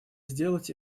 сделать